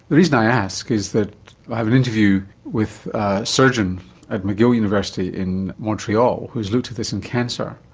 the reason i ask is that i have an interview with a surgeon at mcgill university in montreal who has looked at this in cancer,